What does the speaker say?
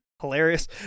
hilarious